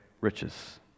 riches